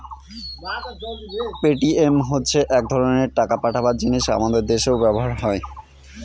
Paytm হচ্ছে এক ধরনের টাকা পাঠাবার জিনিস আমাদের দেশেও ব্যবহার হয়